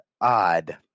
odd